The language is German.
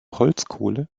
holzkohle